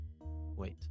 Wait